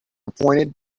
appointed